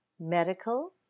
medical